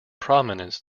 prominence